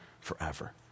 forever